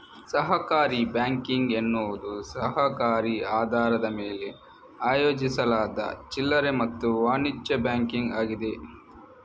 ಸಹಕಾರಿ ಬ್ಯಾಂಕಿಂಗ್ ಎನ್ನುವುದು ಸಹಕಾರಿ ಆಧಾರದ ಮೇಲೆ ಆಯೋಜಿಸಲಾದ ಚಿಲ್ಲರೆ ಮತ್ತು ವಾಣಿಜ್ಯ ಬ್ಯಾಂಕಿಂಗ್ ಆಗಿದೆ